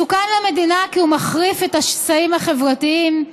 מסוכן למדינה, כי הוא מחריף את השסעים החברתיים,